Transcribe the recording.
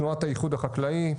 תנועת האיחוד החקלאי,